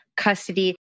custody